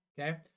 Okay